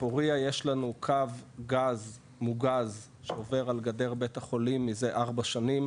בפורייה יש לנו קו גז מוגז שעובר על גדר בית החולים מזה ארבע שנים,